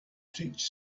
teach